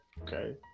okay